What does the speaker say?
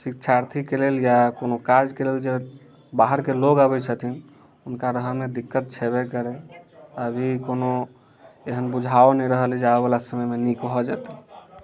शिक्षार्थीके लेल या कोनो काजके लेल जे बाहरके लोक अबै छथिन हुनका रहअमे दिक्कत छेबै करै अभी कोनो एहेन बुझाओ नहि रहल अछि जे आबै बला समयमे नीक भऽ जेतै